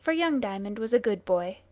for young diamond was a good boy,